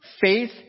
Faith